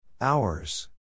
Hours